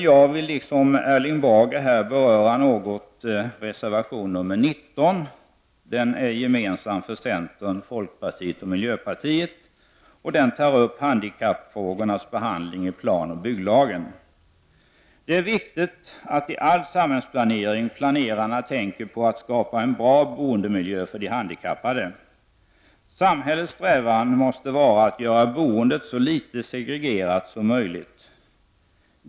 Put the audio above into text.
Jag vill liksom Erling Bager också något beröra reservation nr 19, som är gemensam för centern, folkpartiet och miljöpartiet. Vi tar där upp handikappfrågornas behandling i planoch bygglagen. Det är i all samhällsplanering viktigt att planerarna tänker på att skapa en bra beoendemiljö för de handikappade. Samhällets strävan måste vara att göra boendet så litet segregerat som möjligt.